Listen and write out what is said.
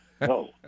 No